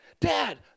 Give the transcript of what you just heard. Dad